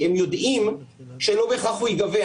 כי הם יודעים שלא בהכרח הוא ייגבה.